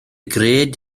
gred